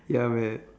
ya man